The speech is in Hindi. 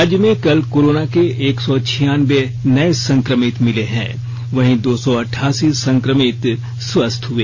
राज्य में कल कोरोना के एक सौ छियानवें नए संक्रमित मिले हैं वहीं दो सौ अटठासी संक्रमित स्वस्थ हुए